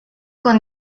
con